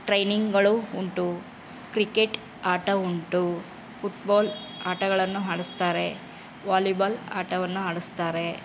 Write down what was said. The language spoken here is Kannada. ಟ್ರೈನಿಂಗುಗಳು ಉಂಟು ಕ್ರಿಕೆಟ್ ಆಟ ಉಂಟು ಫುಟ್ಬಾಲ್ ಆಟಗಳನ್ನು ಆಡಿಸ್ತಾರೆ ವಾಲಿಬಾಲ್ ಆಟವನ್ನು ಆಡಿಸ್ತಾರೆ